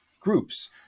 groups